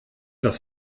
das